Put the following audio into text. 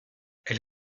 elle